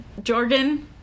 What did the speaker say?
Jorgen